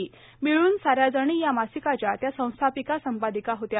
मिळून सा याजणी या मासिकाच्या त्या संस्थापक संपादिका होत्या